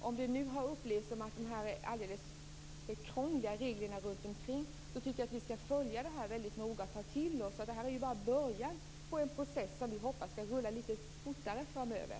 Om det har upplevts som att reglerna runt omkring är för krångliga tycker jag att vi skall följa detta noga och ta till oss det. Det är bara början på en process som vi hoppas skall rulla fortare framöver.